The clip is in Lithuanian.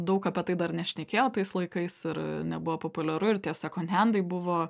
daug apie tai dar nešnekėjo tais laikais ir nebuvo populiaru ir tie sekondhendai buvo